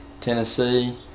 Tennessee